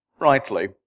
rightly